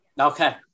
Okay